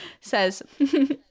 says